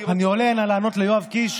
אני עולה הנה לענות ליואב קיש,